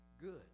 good